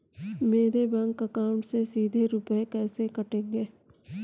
मेरे bank account से सीधे रुपए कैसे कटेंगे?